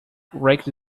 rake